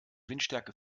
windstärke